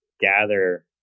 gather